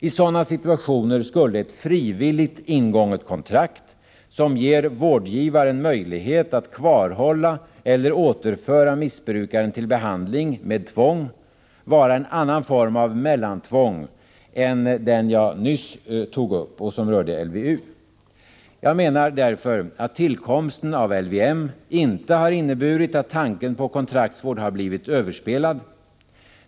I sådana situationer skulle ett frivilligt ingånget kontrakt, som ger vårdgivaren möjlighet att kvarhålla eller återföra missbrukaren till behandling med tvång, vara en annan form av mellantvång än den jag nyss tog upp och som rörde LVU. Jag menar därför, att tillkomsten av LVM inte har inneburit att tanken på kontraktsvård har blivit överspelad.